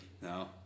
No